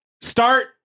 Start